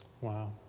Wow